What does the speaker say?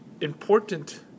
important